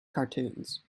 cartoons